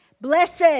Blessed